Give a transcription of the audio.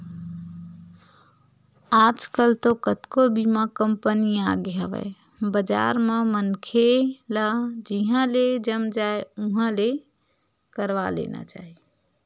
आजकल तो कतको बीमा कंपनी आगे हवय बजार म मनखे ल जिहाँ ले जम जाय उहाँ ले करवा लेना चाही